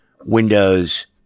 windows